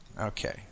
Okay